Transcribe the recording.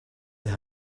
they